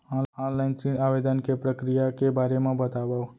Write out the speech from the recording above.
Online ऋण आवेदन के प्रक्रिया के बारे म बतावव?